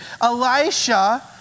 Elisha